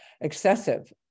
excessive